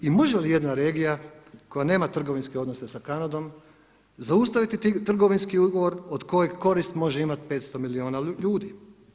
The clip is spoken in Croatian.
I može li jedna regija koja nema trgovinske odnose sa Kanadom zaustaviti trgovinski ugovor od kojeg korist može imati 500 milijuna ljudi.